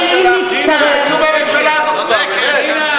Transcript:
צאו מהממשלה הזאת כבר, באמת.